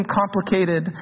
complicated